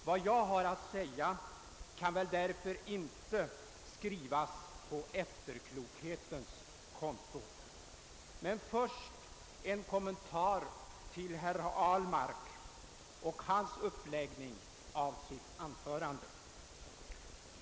Vad jag nu har att säga kan därför knappast skrivas på efterklokhetens konto. Först skulle jag emellertid vilja göra en kommentar till herr Ahlmarks anföranden och hans uppläggning av dem.